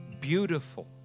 beautiful